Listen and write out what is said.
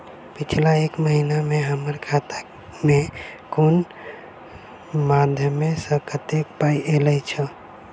पिछला एक महीना मे हम्मर खाता मे कुन मध्यमे सऽ कत्तेक पाई ऐलई ह?